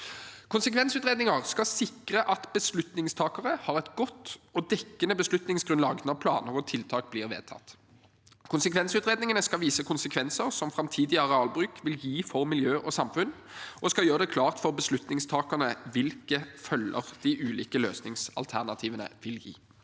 Konsekvensutredninger skal sikre at beslutningstakerne har et godt og dekkende beslutningsgrunnlag når planer og tiltak blir vedtatt. Konsekvensutredningene skal vise konsekvenser som framtidig arealbruk vil gi for miljø og samfunn, og gjøre det klart for beslutningstakerne hvilke følger de ulike løsningsalternativene vil gi.